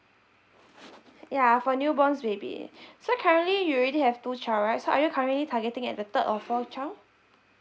ya for newborns baby so currently you already have two child right so are you currently targeting at the third or fourth child